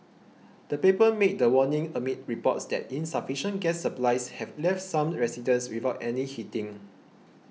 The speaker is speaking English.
the paper made the warning amid reports that insufficient gas supplies have left some residents without any heating